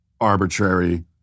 arbitrary